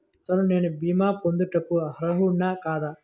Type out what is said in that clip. అసలు నేను భీమా పొందుటకు అర్హుడన కాదా?